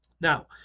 Now